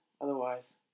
otherwise